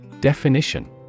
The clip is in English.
Definition